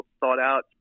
thought-out